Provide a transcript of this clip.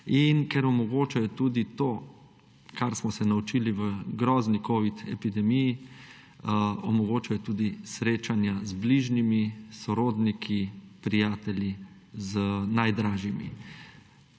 ker omogočajo tudi to, kar smo se naučili v grozni covid epidemiji, omogočajo tudi srečanja z bližnjimi, sorodniki, prijatelji, z najdražjimi.